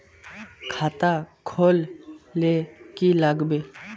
खाता खोल ले की लागबे?